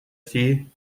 sie